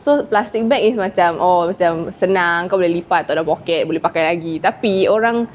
so plastic bag is macam oh macam senang kau boleh lipat taruk dalam poket boleh pakai lagi tapi orang